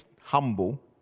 humble